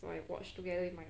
so I watch together with my